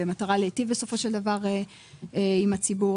במטרה להיטיב בסופו של דבר עם הציבור.